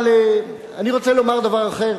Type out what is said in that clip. אבל אני רוצה לומר דבר אחר.